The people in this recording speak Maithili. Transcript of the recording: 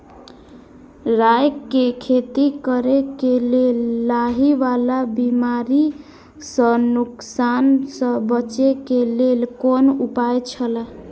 राय के खेती करे के लेल लाहि वाला बिमारी स नुकसान स बचे के लेल कोन उपाय छला?